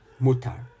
mutar